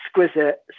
exquisite